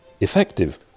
effective